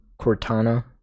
Cortana